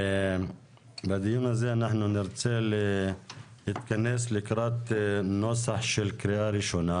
בדיון הזה אנחנו נרצה להתכנס לקראת נוסח של קריאה ראשונה